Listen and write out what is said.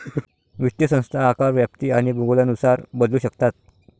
वित्तीय संस्था आकार, व्याप्ती आणि भूगोलानुसार बदलू शकतात